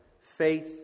faith